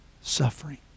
suffering